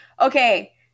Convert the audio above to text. okay